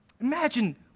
Imagine